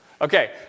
Okay